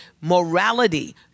morality